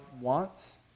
wants